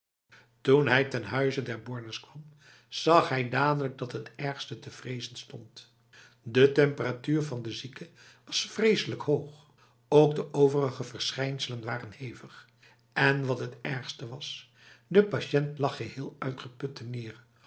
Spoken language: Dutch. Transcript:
toen hij ten huize der bornes kwam zag hij dadelijk dat het ergste te vrezen stond de temperatuur van de zieke was vreselijk hoog ook de overige verschijnselen waren hevig en wat het ergste was de patiënt lag geheel